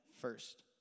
first